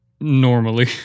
normally